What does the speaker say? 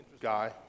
guy